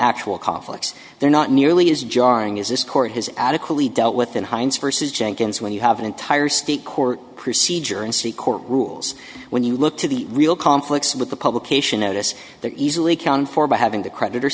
actual conflicts they're not nearly as jarring is this court has adequately dealt with in hines first as jenkins when you have an entire state court procedure and see court rules when you look to the real conflicts with the publication of this that easily counts for having the creditor